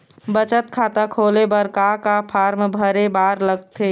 बचत खाता खोले बर का का फॉर्म भरे बार लगथे?